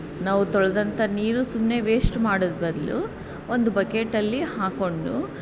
ನಾವು ತೊಳ್ದಂಥ ನೀರು ಸುಮ್ಮನೆ ವೇಸ್ಟ್ ಮಾಡೋದು ಬದಲು ಒಂದು ಬಕೆಟಲ್ಲಿ ಹಾಕ್ಕೊಂಡು